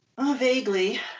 Vaguely